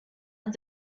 and